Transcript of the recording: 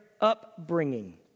upbringing